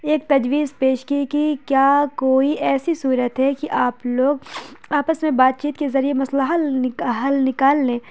ایک تجویز پیش کی کہ کیا کوئی ایسی صورت ہے کہ آپ لوگ آپس میں بات چیت کے ذریعے مسئلہ حل حل نکال لیں